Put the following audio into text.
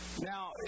Now